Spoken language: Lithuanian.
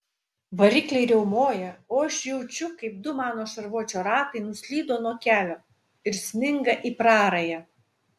varikliai riaumoja o aš jaučiu kaip du mano šarvuočio ratai nuslydo nuo kelio ir sminga į prarają